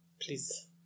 Please